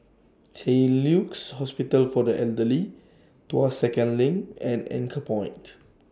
Saint Luke's Hospital For The Elderly Tuas Second LINK and Anchorpoint